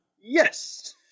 Yes